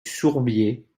sourbier